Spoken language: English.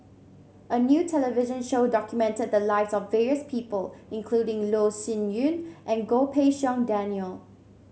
a new television show documented the lives of various people including Loh Sin Yun and Goh Pei Siong Daniel